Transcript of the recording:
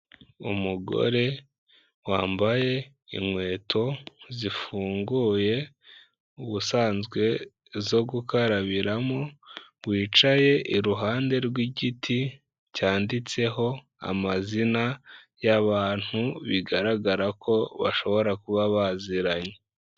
Umugore wambaye inkweto zifunguye, ubusanzwe zo gukarabiramo, wicaye iruhande rw'igiti, cyanditseho amazina y'abantu bigaragara ko bashobora kuba baziranye.